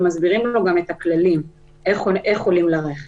ואנחנו גם מסבירים לו את הכללים של הדרך שבה עולים לרכב.